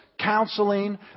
counseling